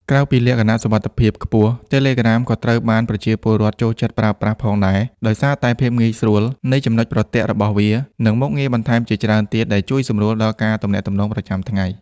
ក្រៅពីលក្ខណៈសុវត្ថិភាពខ្ពស់ Telegram ក៏ត្រូវបានប្រជាពលរដ្ឋចូលចិត្តប្រើប្រាស់ផងដែរ ដោយសារតែ ភាពងាយស្រួល នៃចំណុចប្រទាក់របស់វា និងមុខងារបន្ថែមជាច្រើនទៀតដែលជួយសម្រួលដល់ការទំនាក់ទំនងប្រចាំថ្ងៃ។